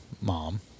mom